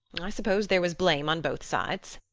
i suppose there was blame on both sides.